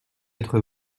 être